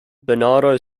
bernardo